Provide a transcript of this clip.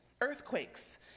earthquakes